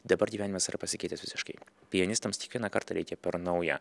dabar gyvenimas yra pasikeitęs visiškai pianistams kiekvieną kartą reikia per naują